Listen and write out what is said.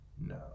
No